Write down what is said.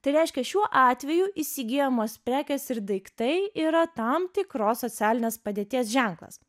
tai reiškia šiuo atveju įsigyjamos prekės ir daiktai yra tam tikros socialinės padėties ženklas